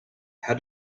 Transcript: how